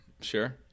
Sure